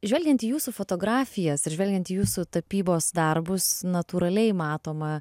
žvelgiant į jūsų fotografijas ir žvelgiant į jūsų tapybos darbus natūraliai matoma